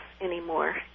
anymore